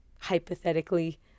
hypothetically